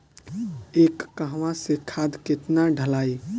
एक कहवा मे खाद केतना ढालाई?